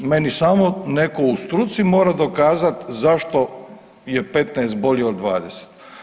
Meni samo netko u struci mora dokazati zašto je 15 bolje od 20.